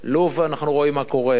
לוב אנחנו רואים מה קורה,